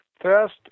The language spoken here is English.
First